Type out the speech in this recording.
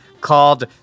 called